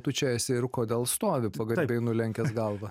tu čia esi ir kodėl stovi pagarbiai nulenkęs galvą